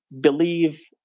believe